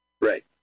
Right